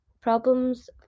problems